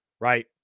right